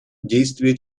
действие